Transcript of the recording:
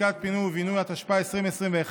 עסקת פינוי ובינוי, התשפ"א 2021,